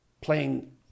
playing